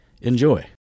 Enjoy